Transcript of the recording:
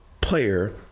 player